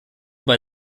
bei